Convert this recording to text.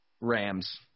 Rams